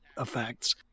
effects